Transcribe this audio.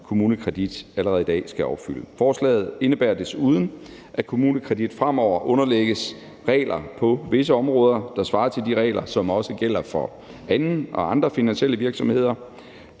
KommuneKredit allerede i dag skal opfylde. Forslaget indebærer desuden, at KommuneKredit fremover underlægges regler på visse områder, der svarer til de regler, som også gælder for andre finansielle virksomheder.